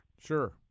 Sure